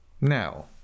Now